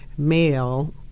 Male